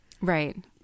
Right